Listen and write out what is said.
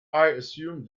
assume